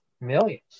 millions